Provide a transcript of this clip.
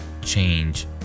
change